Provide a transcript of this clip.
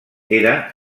era